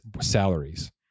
salaries